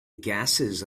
gases